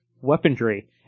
Weaponry